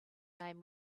name